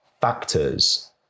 factors